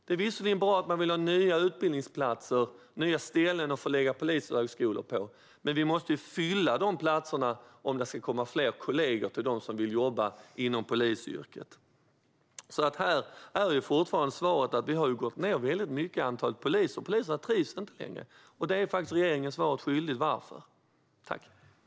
Det är visserligen bra att man vill ha nya utbildningsplatser och nya ställen att förlägga polishögskolor på, men vi måste ju fylla de platserna om det ska komma fler kollegor till dem som vill jobba inom polisyrket. Här är svaret fortfarande att antalet poliser har gått ned mycket - poliserna trivs inte längre. Regeringen är faktiskt svaret skyldig när det gäller varför det är så.